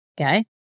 Okay